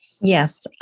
Yes